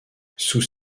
sous